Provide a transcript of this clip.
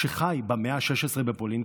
שחי במאה ה-16 בפולין,